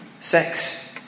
Sex